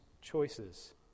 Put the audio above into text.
choices